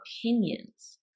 opinions